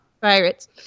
pirates